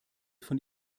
von